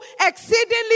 exceedingly